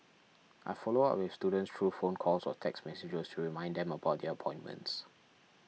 I follow up with students through phone calls or text messages to remind them about their appointments